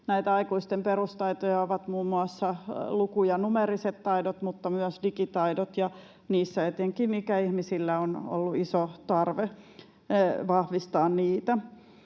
Näitä aikuisten perustaitoja ovat muun muassa luku- ja numeeriset taidot mutta myös digitaidot, ja etenkin ikäihmisillä on ollut iso tarve vahvistaa niitä.